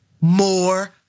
more